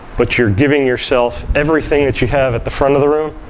but you're giving yourself everything that you have at the front of the room,